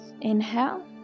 Inhale